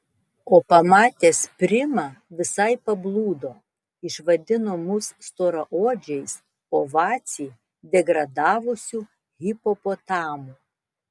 o pamatęs primą visai pablūdo išvadino mus storaodžiais o vacį degradavusiu hipopotamu